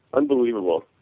unbelievable,